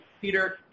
Peter